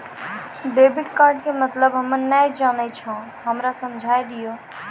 Debit card के मतलब हम्मे नैय जानै छौ हमरा समझाय दियौ?